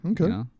Okay